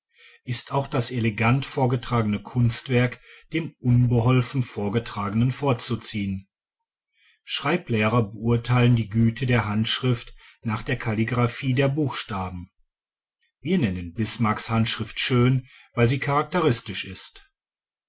ist auch das elegant vorgetragene kunstwerk dem unbeholfen vorgetragenen vorzuziehen schreiblehrer beurteilen die güte der handschrift nach der kalligraphie der buchstaben wir nennen bismarcks handschrift schön weil sie charakteristisch ist